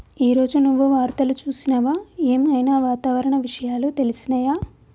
ఈ రోజు నువ్వు వార్తలు చూసినవా? ఏం ఐనా వాతావరణ విషయాలు తెలిసినయా?